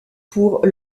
pour